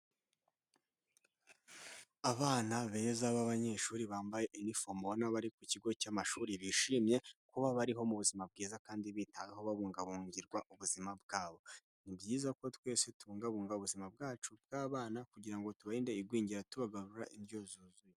Abana beza b'abanyeshuri bambaye inifomo ubona ko bari ku kigo cy'amashuri bishimiye kuba bariho mu buzima bwiza kandi bitaweho babungabungirwa ubuzima bwabo, ni byiza ko twese tubungabunga ubuzima bwacu n'ubw'abana kugira ngo tubarinde igwingira tubagaburira indyo yuzuye.